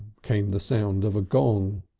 came the sound of a gong.